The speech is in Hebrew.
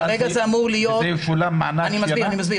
כרגע זה אמור להיות --- וזה ישולם מענק --- אני מסביר,